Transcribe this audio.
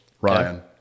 Ryan